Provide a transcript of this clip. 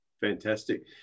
Fantastic